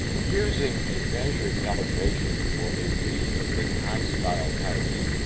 using. a measured elevation for a reasonably high style house,